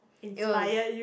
it was